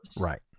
Right